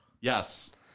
Yes